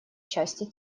части